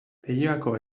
leioako